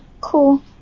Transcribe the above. cool